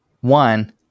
one